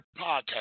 podcast